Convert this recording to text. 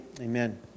Amen